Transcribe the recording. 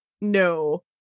no